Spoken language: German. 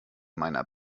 meiner